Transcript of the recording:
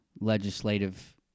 legislative